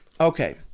Okay